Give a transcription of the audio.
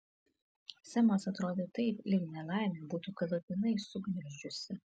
semas atrodė taip lyg nelaimė būtų galutinai sugniuždžiusi